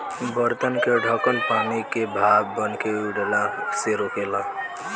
बर्तन के ढकन पानी के भाप बनके उड़ला से रोकेला